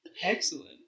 Excellent